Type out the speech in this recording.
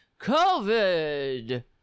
COVID